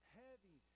heavy